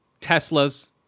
Teslas